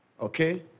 Okay